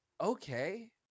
okay